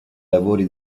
lavori